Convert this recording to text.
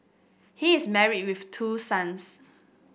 he is married with two sons